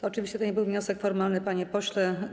Oczywiście to nie był wniosek formalny, panie pośle.